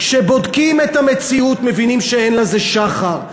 כשבודקים את המציאות מבינים שאין לזה שחר,